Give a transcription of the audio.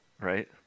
Right